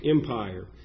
Empire